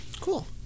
Cool